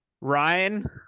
Ryan